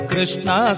Krishna